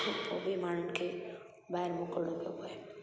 पोइ बि माण्हुनि खे ॿाहिरि मोकिलणो पियो पए